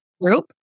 group